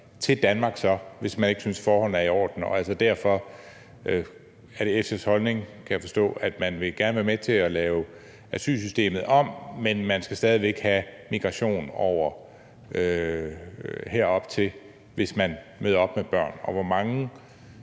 til Danmark, hvis man ikke synes, at forholdene er i orden? Det er altså derfor SF's holdning, kan jeg forstå, at man gerne vil være med til at lave asylsystemet om, men man skal stadig væk have migration hertil, hvis man møder op med børn. Hvor mange